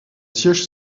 siège